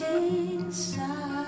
inside